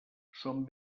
són